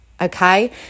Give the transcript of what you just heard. Okay